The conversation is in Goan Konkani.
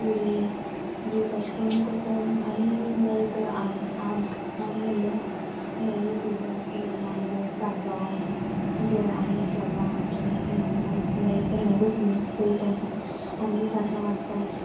पुरी बी तशें करून करतात न्हय आनी लायक आम आम आम म्हणल्यार मँगो सिजन आसता तेन्ना आमचें सांसव जें आमी सदां खातात लायक मँगो लायक ते मँगो सिजन आसता चोय तेन्ना आमचें सांसव आसताच